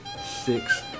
six